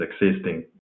existing